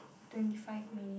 twenty five minutes